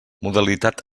modalitat